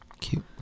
cute